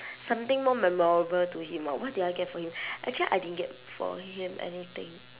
something more memorable to him orh what did I get for him actually I didn't get for him anything